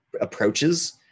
approaches